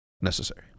necessary